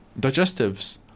Digestives